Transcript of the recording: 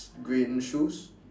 green shoes